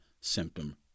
symptom